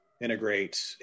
integrate